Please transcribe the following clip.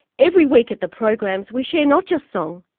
every week at the programs we share not just song,